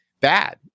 bad